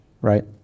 Right